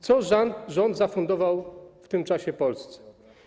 Co rząd zafundował w tym czasie Polsce?